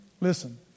Listen